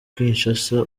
kinshasa